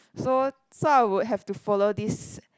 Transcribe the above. so so I would have to follow this